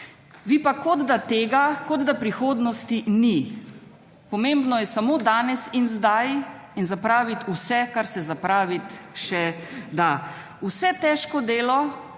vi pa, kot da tega, kot da prihodnosti ni. Pomembno je samo danes in zdaj in zapraviti vse, kar se zapravit še da. Vse težko delo,